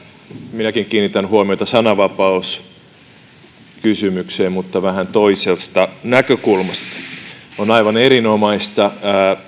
minäkin kiinnitän huomiota sananvapauskysymykseen mutta vähän toisesta näkökulmasta on aivan erinomaista